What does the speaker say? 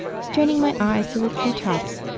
straining my eyes to the treetops,